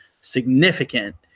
significant